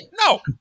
no